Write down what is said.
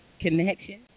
connection